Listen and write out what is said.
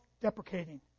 deprecating